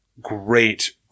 great